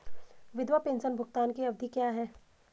विधवा पेंशन भुगतान की अवधि क्या है?